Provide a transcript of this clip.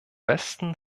besten